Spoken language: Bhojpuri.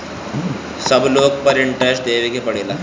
सब लोन पर इन्टरेस्ट देवे के पड़ेला?